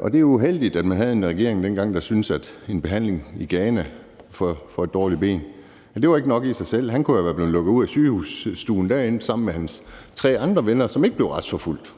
Og det er jo uheldigt, at man havde en regering dengang, der syntes, at en behandling i Ghana for et dårligt ben ikke var nok i sig selv. Han kunne have været blevet lukket ud af sygehusstuen sammen med sine tre andre venner, som ikke blev retsforfulgt,